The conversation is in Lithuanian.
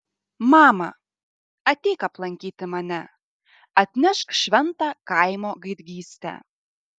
mama ateik aplankyti mane atnešk šventą kaimo gaidgystę